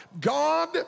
God